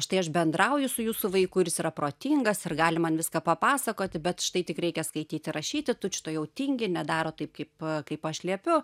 štai aš bendrauju su jūsų vaiku ir jis yra protingas ir gali man viską papasakoti bet štai tik reikia skaityti rašyti tučtuojau tingi nedaro taip kaip kaip aš liepiu